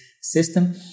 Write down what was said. system